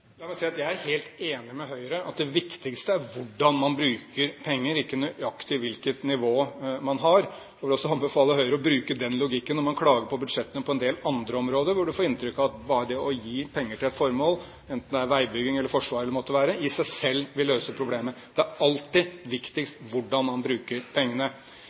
La meg si at jeg er helt enig med Høyre i at det viktigste er hvordan man bruker penger, ikke nøyaktig hvilket nivå man har. Jeg vil også anbefale Høyre å bruke den logikken når man klager på budsjettene på en del andre områder, hvor man får inntrykk av at bare det å gi penger til et formål, enten det er veibygging, forsvar eller hva det måtte være, i seg selv vil løse problemet. Det er alltid viktigst hvordan man bruker pengene.